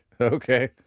Okay